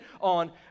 on